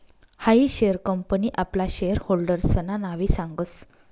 हायी share company आपला share होल्डर्सना नावे सांगस